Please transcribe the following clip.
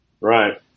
Right